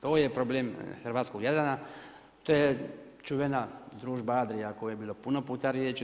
To je problem hrvatskog Jadrana, to je čuvena Družba Adria o kojoj je bilo puno puta riječi.